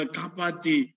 kapati